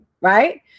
right